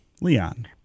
Leon